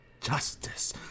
justice